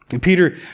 Peter